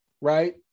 right